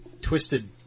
twisted